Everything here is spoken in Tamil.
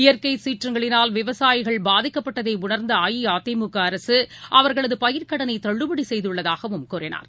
இயற்கைசீற்றங்களினால் விவசாயிகள் பாதிக்கப்பட்டதைஉணர்ந்தஅஇஅதிமுகஅரசு அவர்களதுபயிர்க் கடனைதள்ளுபடிசெய்துள்ளதாகவும் கூறினார்